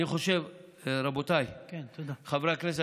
רבותיי חברי הכנסת,